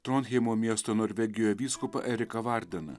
tronheimo miesto norvegijoj vyskupą eriką vardiną